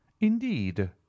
indeed